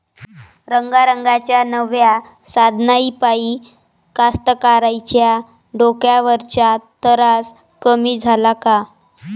रंगारंगाच्या नव्या साधनाइपाई कास्तकाराइच्या डोक्यावरचा तरास कमी झाला का?